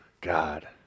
God